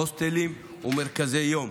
הוסטלים ומרכזי יום,